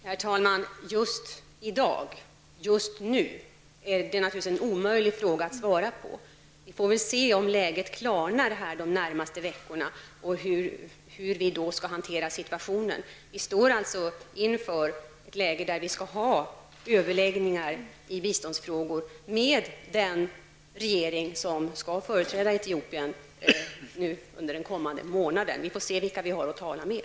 Herr talman! Hur det är just i dag eller just nu är naturligtvis omöljigt att svar på. Vi får se om läget klarnar under de närmaste veckorna och hur vi då skall hantera situationen. Vi står alltså inför ett läge där vi skall ha överläggningar i biståndsfrågor med den regering som skall företräda Etiopien under den kommande månaden. Vi får se vilka vi har att tala med.